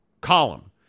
column